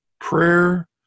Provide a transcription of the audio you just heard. prayer